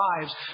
lives